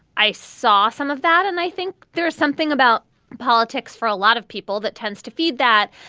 i saw some of that. and i think there is something about politics for a lot of people that tends to feed that.